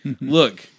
look